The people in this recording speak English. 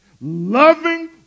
Loving